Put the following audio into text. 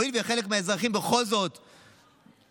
הואיל וחלק מהאזרחים בכל זאת פונה,